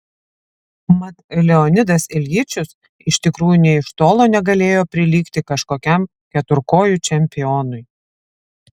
mat leonidas iljičius iš tikrųjų nė iš tolo negalėjo prilygti kažkokiam keturkojui čempionui